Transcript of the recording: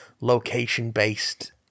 location-based